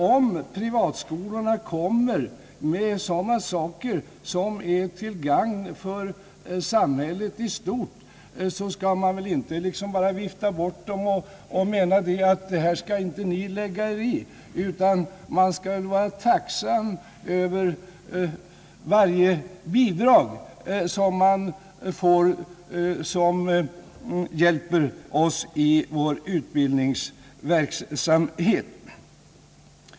Om privatskolorna kommer med sådana saker som är till gagn för samhället i stort, skall man inte liksom bara vifta bort dem och mena att »det här skall ni inte lägga er i», utan vi skall vara tacksamma för varje bidrag som hjälper oss i vår utbildningsverksamhet.